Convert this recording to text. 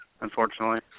unfortunately